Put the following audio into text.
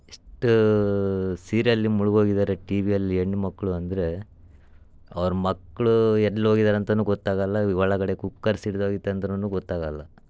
ಎಷ್ಟು ಸೀರಿಯಲ್ಲಿ ಮುಳುಗೋಗಿದಾರೆ ಟಿ ವಿಯಲ್ಲಿ ಹೆಣ್ಣು ಮಕ್ಕಳು ಅಂದರೆ ಅವ್ರ ಮಕ್ಕಳು ಎಲ್ಲೋಗಿದಾರೆ ಅಂತನೂ ಗೊತ್ತಾಗೋಲ್ಲ ಒಳಗಡೆ ಕುಕ್ಕರ್ ಸಿಡ್ದೋಗಿತ್ತು ಅಂತನು ಗೊತ್ತಾಗೋಲ್ಲ